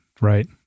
right